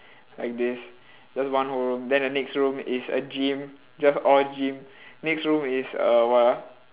like this just one whole room then the next room is a gym just all gym next room is a what ah